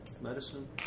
medicine